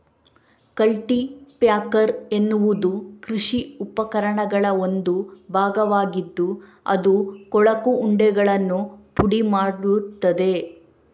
culti packer ಎನ್ನುವುದು ಕೃಷಿ ಉಪಕರಣಗಳ ಒಂದು ಭಾಗವಾಗಿದ್ದು ಅದು ಕೊಳಕು ಉಂಡೆಗಳನ್ನು ಪುಡಿ ಮಾಡುತ್ತದೆ